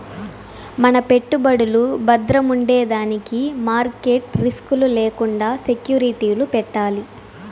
మన పెట్టుబడులు బద్రముండేదానికి మార్కెట్ రిస్క్ లు లేకండా సెక్యూరిటీలు పెట్టాలి